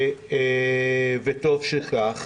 וטוב שכך.